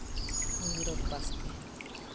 Bhagirath Baske